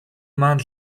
маань